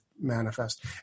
manifest